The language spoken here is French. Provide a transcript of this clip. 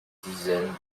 dizaines